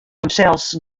himsels